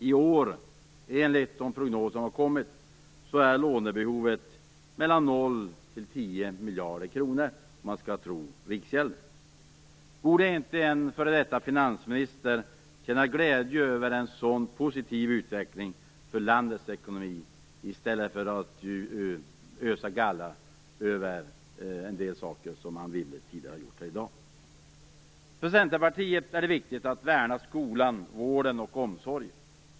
I år är lånebehovet, enligt de prognoser som har kommit, 0 10 miljarder kronor, om man skall tro Riksgäldskontoret. Borde inte en f.d. finansminister känna glädje över en sådan positiv utveckling för landets ekonomi i stället för att ösa galla över en del saker, vilket Anne Wibble har gjort här tidigare i dag? För Centerpartiet är det viktigt att värna skolan, vården och omsorgen.